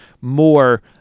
more